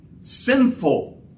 sinful